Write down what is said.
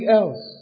else